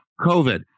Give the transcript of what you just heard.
COVID